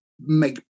Make